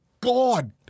God